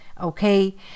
okay